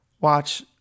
watch